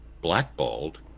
blackballed